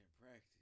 practice